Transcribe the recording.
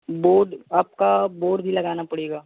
board आपका board भी लगाना पड़ेगा